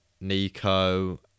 Nico